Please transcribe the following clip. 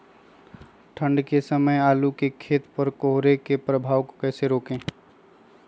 ठंढ के समय आलू के खेत पर कोहरे के प्रभाव को कैसे रोके?